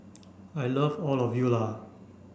I love all of you Lah